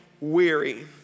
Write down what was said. weary